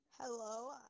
Hello